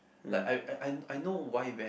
like I I I know why ran